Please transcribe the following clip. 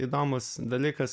įdomus dalykas